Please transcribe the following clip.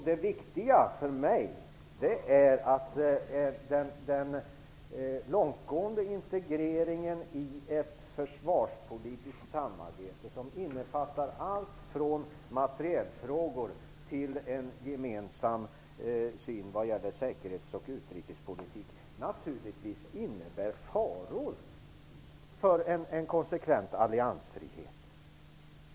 Det viktiga för mig är att den långtgående integreringen i ett försvarspolitiskt samarbete, som innefattar allt från materielfrågor till en gemensam syn på utrikes och säkerhetspolitik, naturligtvis innebär faror för en konsekvent alliansfrihet.